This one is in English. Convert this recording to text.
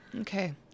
Okay